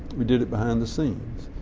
we did it behind the scenes.